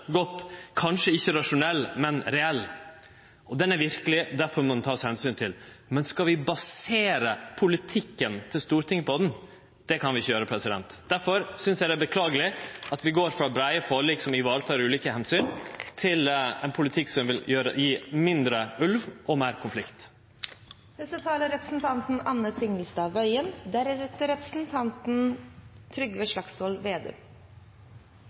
godt: kanskje ikkje rasjonell, men reell. Frykta er verkeleg, og difor må ho takast omsyn til. Men skal vi basere politikken til Stortinget på denne frykta? Det kan vi ikkje gjere. Difor synest eg det er beklageleg at vi går frå breie forlik som varetek ulike omsyn, til ein politikk som vil gje mindre ulv og meir